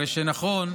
הרי שנכון,